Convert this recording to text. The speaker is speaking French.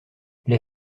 les